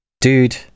Dude